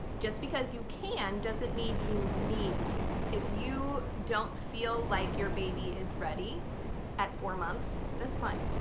just because you can doesn't mean you need to. if you don't feel like your baby is ready at four months, that's fine.